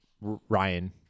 Ryan